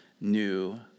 new